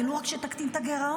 ולו רק שתקטין את הגירעון.